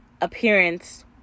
appearance